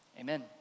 Amen